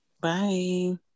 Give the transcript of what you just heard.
Bye